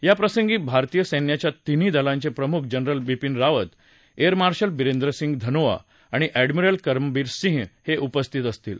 या प्रसंगी भारतीय सैन्याच्या तिन्ही दलांचे प्रमुख general Bipin Rawat air marshal Birender Singh Dhanoa आणि अँडमिरल करमबीर सिंह हे उपस्थित असतील